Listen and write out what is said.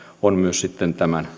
on myös sitten tämän